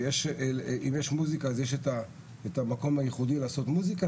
ואם יש מוזיקה יש את המקום הייחודי לעשות מוזיקה,